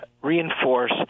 reinforce